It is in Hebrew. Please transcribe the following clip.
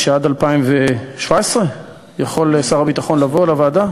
שעד 2017 יכול שר הביטחון לבוא לוועדה,